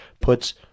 puts